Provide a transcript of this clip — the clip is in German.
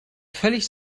völlig